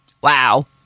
Wow